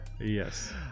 Yes